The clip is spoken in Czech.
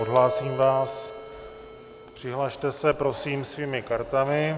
Odhlásím vás, přihlaste se prosím svými kartami.